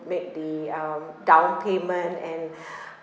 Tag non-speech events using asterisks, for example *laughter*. make the um down payment and *breath*